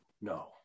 No